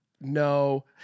no